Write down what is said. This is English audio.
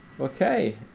Okay